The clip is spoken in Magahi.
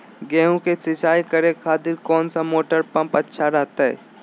गेहूं के सिंचाई करे खातिर कौन सा मोटर पंप अच्छा रहतय?